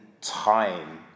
time